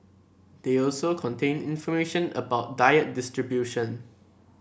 they also contain information about diet distribution